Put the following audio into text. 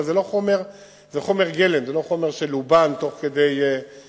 אבל זה חומר גלם, זה לא חומר שלובן תוך כדי דיון.